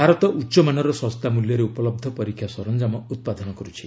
ଭାରତ ଉଚ୍ଚମାନର ଶସ୍ତା ମୂଲ୍ୟରେ ଉପଲହ୍ଧ ପରୀକ୍ଷା ସରଞ୍ଜାମ ଉତ୍ପାଦନ କରୁଛି